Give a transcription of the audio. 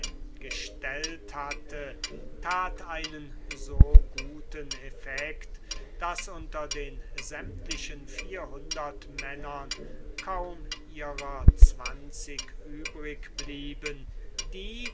gestellt hatte tat einen so guten effect daß unter den sämtlichen vierhundertmännern kaum ihrer zwanzig überblieben die